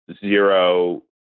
zero